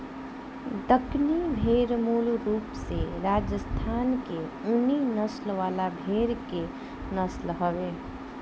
दक्कनी भेड़ मूल रूप से राजस्थान के ऊनी नस्ल वाला भेड़ के नस्ल हवे